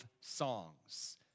songs